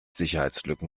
sicherheitslücken